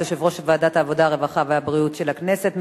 יושב-ראש ועדת העבודה, הרווחה והבריאות של הכנסת.